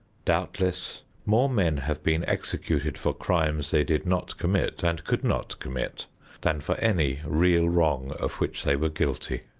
doubtless more men have been executed for crimes they did not commit and could not commit than for any real wrong of which they were guilty.